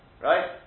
right